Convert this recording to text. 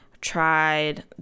Tried